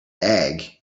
egg